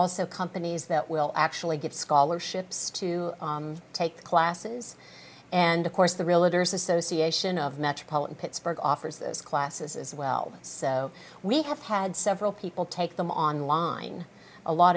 also companies that will actually give scholarships to take classes and of course the religious association of metropolitan pittsburgh offers those classes as well so we have had several people take them online a lot